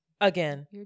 Again